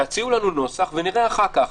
יעקב: תציעו לנו נוסח ונראה אחר כך.